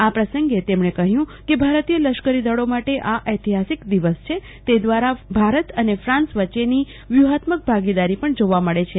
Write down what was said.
આ પ્રસંગે તેમણે કહ્યું હતું કે ભારતીય લશ્કરીદળો માટે આ ઐતિહાસિક દિવસ છે તે દ્વારા ભારત અને ફાન્સ વચ્ચેની વ્યૂહાત્મક ભાગીદારી પણ જોવા મળે છે